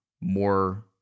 more